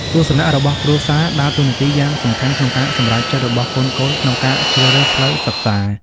ទស្សនៈរបស់គ្រួសារ ដើរតួនាទីយ៉ាងសំខាន់ក្នុងការសម្រេចចិត្តរបស់កូនៗក្នុងការជ្រើសរើសផ្លូវសិក្សា។